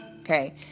Okay